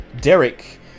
Derek